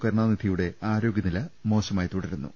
കരുണാനിധിയുടെ ആരോഗ്യൂനില മോശമായി തുടരു ന്നു